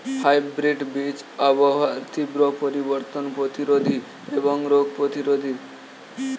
hybrid বীজ আবহাওয়ার তীব্র পরিবর্তন প্রতিরোধী এবং রোগ প্রতিরোধী